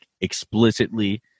explicitly